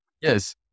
Yes